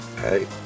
Hey